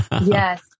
yes